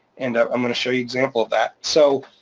and, i'm going to show you example of that. so,